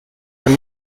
man